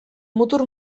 mutur